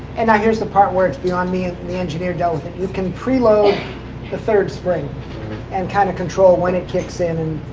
and now here's the part where it's beyond me and the engineer dealt with it. you can preload the third spring and kind of control when it kicks in,